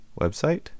website